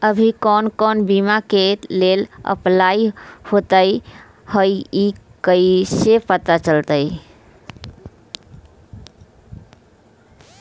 अभी कौन कौन बीमा के लेल अपलाइ होईत हई ई कईसे पता चलतई?